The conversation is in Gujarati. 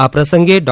આ પ્રસંગે ડો